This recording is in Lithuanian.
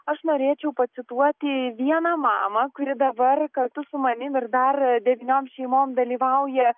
aš norėčiau pacituoti vieną mamą kuri dabar kartu su manim ir dar devyniom šeimom dalyvauja